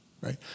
right